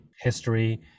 history